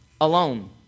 alone